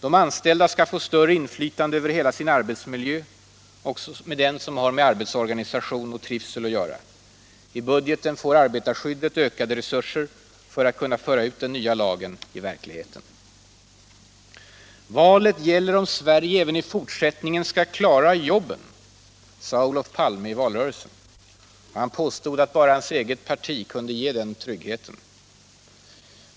De anställda skall få större inflytande över hela sin arbetsmiljö, också den som har med arbetsorganisation och trivsel att göra. I budgeten får arbetarskyddet ökade resurser för att kunna föra ut den nya lagen i verkligheten. Valet gäller om Sverige även i fortsättningen skall klara jobben, sade Olof Palme i valrörelsen. Han påstod att bara hans eget parti kunde ge den tryggheten.